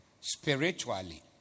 spiritually